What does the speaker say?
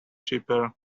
cheaper